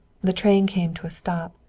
the train came to a stop.